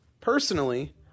Personally